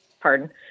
pardon